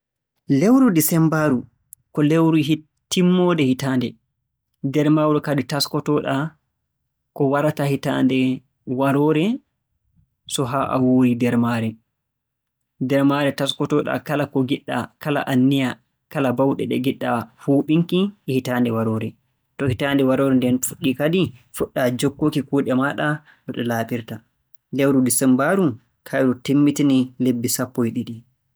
Lewu Disemmbaaru ko lewru hit- timmoode hitaande, nder maaru kadi taskotoo-ɗaa ko warata hitaande waroore so haa a wuuri nder maare. Nder maare taskotoo-ɗaa kala ko ngiɗɗaa, kala anniya, kala baawɗe ɗe ngiɗɗaa huuɓinki e hitaande waroore. To hitaande waroore nden fuɗɗii kadi, fuɗɗaa jokkuki kuuɗe maaɗa no ɗe laaɓirta. Lewru Disemmbaaru kayru timmitini lebbi sappo e ɗiɗi.